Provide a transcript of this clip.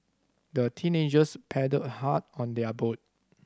the teenagers paddled a hard on their boat